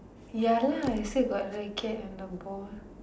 ya lah I say got racket and the ball